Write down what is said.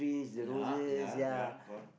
ya ya ya go on